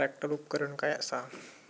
Tractor उपकरण काय असा?